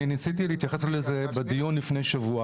אני ניסיתי להתייחס לזה בדיון לפני שבוע.